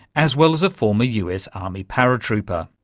as well as a former us army paratrooper.